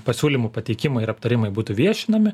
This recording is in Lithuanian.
pasiūlymų pateikimai ir aptarimai būtų viešinami